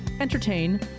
entertain